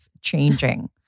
changing